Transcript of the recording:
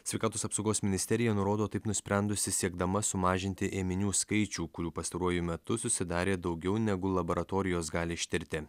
sveikatos apsaugos ministerija nurodo taip nusprendusi siekdama sumažinti ėminių skaičių kurių pastaruoju metu susidarė daugiau negu laboratorijos gali ištirti